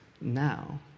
now